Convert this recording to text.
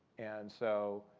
and so,